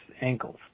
ankles